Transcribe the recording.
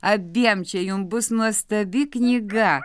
abiem čia jum bus nuostabi knyga